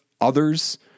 others